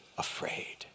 afraid